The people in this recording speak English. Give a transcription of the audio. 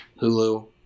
Hulu